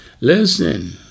Listen